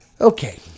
Okay